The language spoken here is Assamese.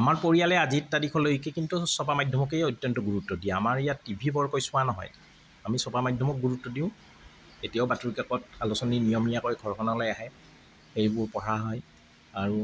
আমাৰ পৰিয়ালে আজিৰ তাৰিখলৈকে কিন্তু ছপা মাধ্যমকে অত্যন্ত গুৰুত্ব দিয়ে আমাৰ ইয়াত টি ভি বৰকৈ চোৱা নহয় আমি ছপা মাধ্যমক গুৰুত্ব দিওঁ এতিয়াও বাতৰি কাকত আলোচনী নিয়মীয়াকৈ ঘৰখনলৈ আহে এইবোৰ পঢ়া হয় আৰু